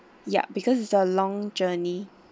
yup because it's a long journey